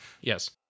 yes